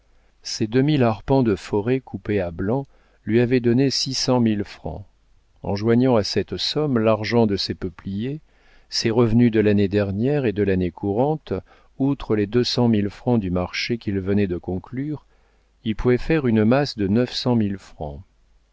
ses deux mille arpents de forêt coupés à blanc lui avaient donné six cent mille francs en joignant à cette somme l'argent de ses peupliers ses revenus de l'année dernière et de l'année courante outre les deux cent mille francs du marché qu'il venait de conclure il pouvait faire une masse de neuf cent mille francs